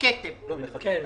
בשבוע שעבר